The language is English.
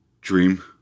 dream